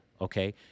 okay